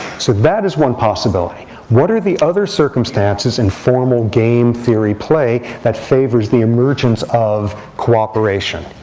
so that is one possibility. what are the other circumstances in formal game theory play that favors the emergence of cooperation?